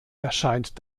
erscheint